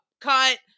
cut